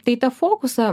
tai tą fokusą